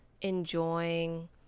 enjoying